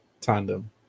tandem